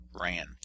ran